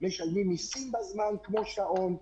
משלמים מיסים כמו שעון,